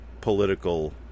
political